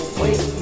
wait